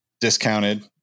discounted